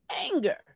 anger